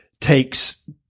takes